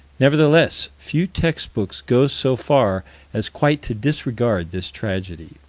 nevertheless few text-books go so far as quite to disregard this tragedy.